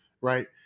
right